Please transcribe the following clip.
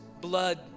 blood